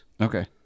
Okay